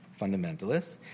fundamentalists